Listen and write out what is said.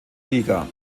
liga